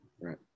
right